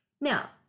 Now